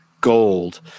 gold